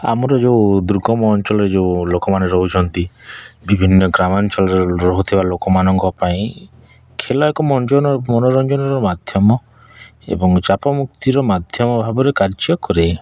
ଆମର ଯେଉଁ ଦୁର୍ଗମ ଅଞ୍ଚଳ ଯେଉଁ ଲୋକମାନେ ରହୁଛନ୍ତି ବିଭିନ୍ନ ଗ୍ରାମାଞ୍ଚଳରେ ରହୁଥିବା ଲୋକମାନଙ୍କ ପାଇଁ ଖେଳ ଏକ ମନୋରଞ୍ଜନର ମାଧ୍ୟମ ଏବଂ ଚାପ ମୁକ୍ତିର ମାଧ୍ୟମ ଭାବରେ କାର୍ଯ୍ୟ କରେ